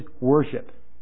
worship